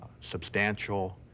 substantial